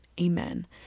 amen